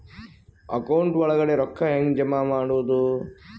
Account ಒಳಗಡೆ ರೊಕ್ಕ ಹೆಂಗ್ ಜಮಾ ಮಾಡುದು?